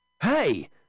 Hey